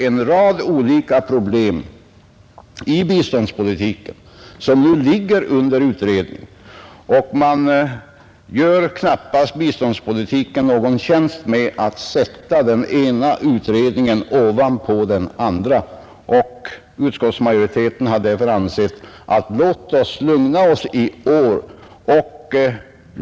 En rad olika problem i biståndspolitiken ligger nu under utredning, och man gör knappast biståndspolitiken någon tjänst med att sätta den ena utredningen ovanpå den andra. Utskottsmajoriteten har därför ansett att vi skall lugna oss i år.